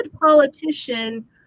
politician